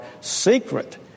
secret